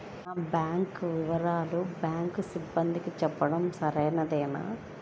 నా బ్యాంకు వివరాలను బ్యాంకు సిబ్బందికి చెప్పడం సరైందేనా?